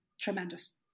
tremendous